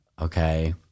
okay